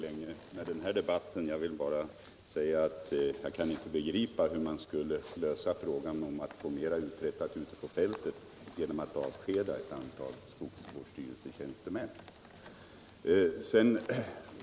Herr talman! Jag kan inte begripa hur man skulle få mer uträttat ute på fältet genom att avskeda ett antal skogsvårdsstyrelsetjänstemän.